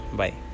bye